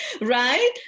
Right